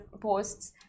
posts